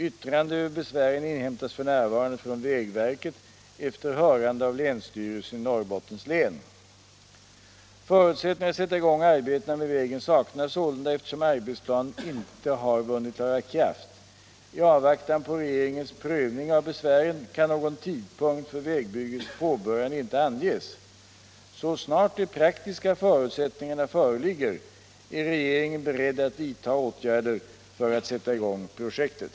Yttrande över besvären inhämtas f.n. från vägverket efter hörande av länsstyrelsen i Norrbottens län. Förutsättningar att sätta i gång arbetena med vägen saknas sålunda, eftersom arbetsplanen inte har vunnit laga kraft. I avvaktan på regeringens prövning av besvären kan någon tidpunkt för vägbyggets påbörjande inte anges. Så snart de praktiska förutsättningarna föreligger är regeringen beredd att vidta åtgärder för att sätta i gång projektet.